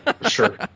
Sure